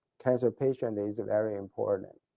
cancer patient is very important.